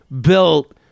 built